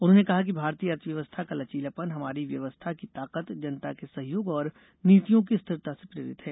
उन्होंने कहा कि भारतीय अर्थव्यवस्था का लचीलापन हमारी व्यवस्था की ताकत जनता के सहयोग और नीतियों की स्थिरता से प्रेरित है